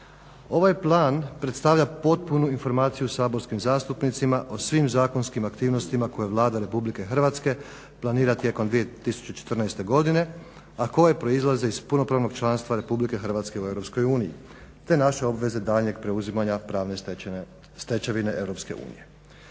Ovaj plan predstavlja potpunu informaciju saborskim zastupnicima o svim zakonskim aktivnostima koje Vlada RH planira tijekom 2014. godine, a koje proizlaze iz punopravnog članstva RH u EU te naše obveze daljnjeg preuzimanja pravne stečevine EU.